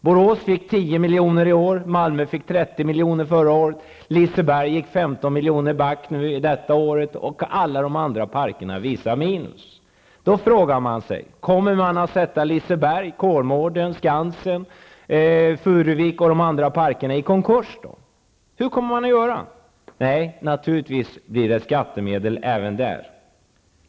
Borås fick 10 miljoner i år, och Malmö fick 30 miljoner förra året. Liseberg gick 15 miljoner back i år, och alla de andra parkerna visar minus. Då är frågan: Kommer man att sätta Liseberg, Kolmården, Skansen, Furuvik och de andra parkerna i konkurs? Hur kommer man att göra? Nej, det blir naturligtvis skattemedel även där.